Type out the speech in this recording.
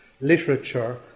literature